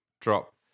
drop